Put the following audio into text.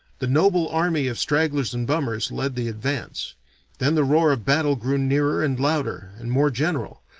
the noble army of stragglers and bummers led the advance then the roar of battle grew nearer and louder and more general,